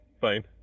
fine